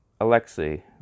Alexei